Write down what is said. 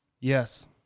Yes